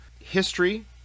history